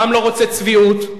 העם לא רוצה צביעות,